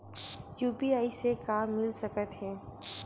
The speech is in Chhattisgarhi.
यू.पी.आई से का मिल सकत हे?